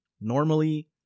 Normally